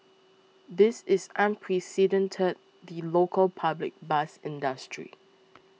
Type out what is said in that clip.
this is unprecedented the local public bus industry